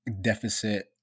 deficit